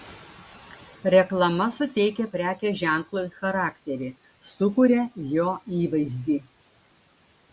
reklama suteikia prekės ženklui charakterį sukuria jo įvaizdį